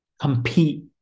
compete